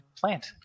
plant